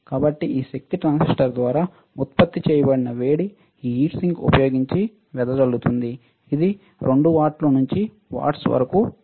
కాబట్టి ఈ శక్తి ట్రాన్సిస్టర్ ద్వారా ఉత్పత్తి చేయబడిన వేడి ఈ హీట్ సింక్ ఉపయోగించి వెదజల్లుతుంది ఇది 2 వాట్స్ నుంచి వాట్స్ వరకు ఉంటుంది